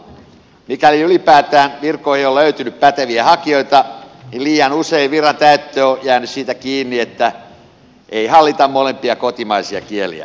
mikäli ylipäätään virkoihin on löytynyt päteviä hakijoita niin liian usein viran täyttö on jäänyt siitä kiinni että ei hallita molempia kotimaisia kieliä